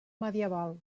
medieval